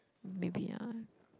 maybe ah